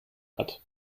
hat